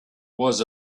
was